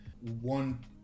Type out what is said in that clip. one